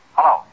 Hello